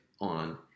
on